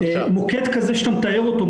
מוקד כזה שאתה מתאר אותו,